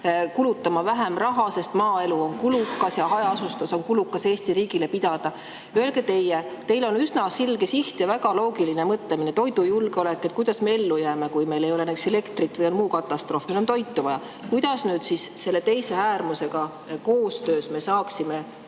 kulutama vähem raha, sest maaelu on kulukas ja hajaasustus läheb Eesti riigile kulukaks pidada. Öelge teie – teil on üsna selge siht ja väga loogiline mõtlemine –, kuidas on toidujulgeolekuga. Kuidas me ellu jääme, kui meil ei ole näiteks elektrit või on muu katastroof ja meil on toitu vaja? Kuidas me siis selle teise äärmusega koostöös jõuaksime